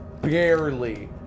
barely